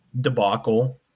debacle